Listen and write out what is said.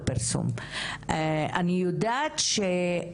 ברשתות החברתיות יודעים טוב מאוד,